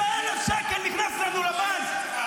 49,000 שקל נכנס לנו לבנק.